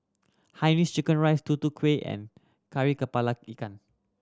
Hainanese chicken rice Tutu Kueh and Kari Kepala Ikan